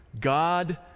God